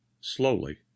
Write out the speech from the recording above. Slowly